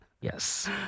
yes